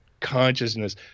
consciousness